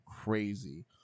crazy